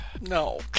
No